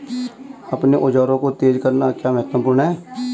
अपने औजारों को तेज करना क्यों महत्वपूर्ण है?